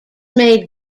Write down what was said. made